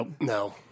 No